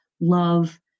love